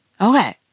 Okay